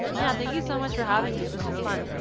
yeah, thank you so much for having me. this is fun.